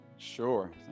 Sure